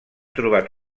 trobat